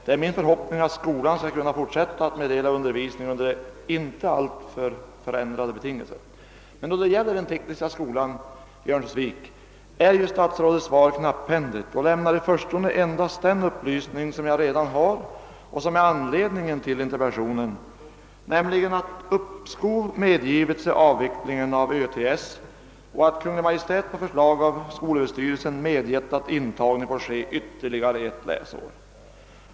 Det är min förhoppning att skolan skall kunna fortsätta att meddela undervisning under inte alltför kraftigt ändrade betingelser. Men då det gäller den tekniska skolan i Örnsköldsvik är statsrådets svar knapphändigt och lämnar i förstone endast den uppgift som jag redan har och som är anledningen till interpellationen, nämligen att uppskov medgivits med avvecklingen av Örnsköldsviks tekniska skola och att Kungl. Maj:t på förslag av skolöverstyrelsen medgivit att intagning får ske för ytterligare ett läsår.